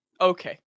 Okay